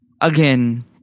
again